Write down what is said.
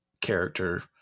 character